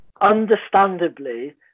understandably